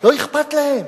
לא אכפת להם?